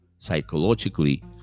psychologically